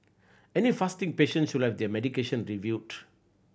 any fasting patient should let their medication reviewed